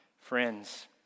Friends